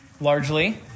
Largely